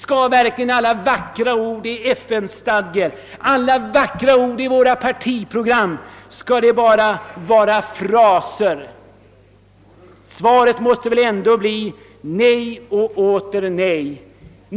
Skall alla vackra ord i FN-stadgan och i våra partiprogram bara vara vackra fraser? Svaret måste bli nej och åter nej.